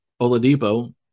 Oladipo